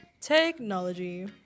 Technology